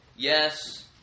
Yes